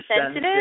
sensitive